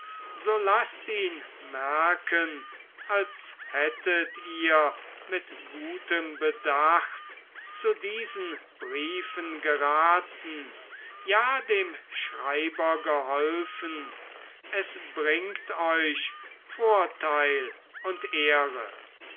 so laßt ihn merken als hättet ihr mit gutem bedacht zu diesen briefen geraten ja dem schreiber geholfen es bringt euch vorteil und ehre